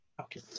Okay